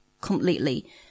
completely